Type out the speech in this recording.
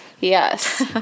Yes